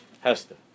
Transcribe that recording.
Hester